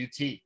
UT